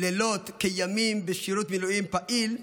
לילות כימים בשירות מילואים פעיל,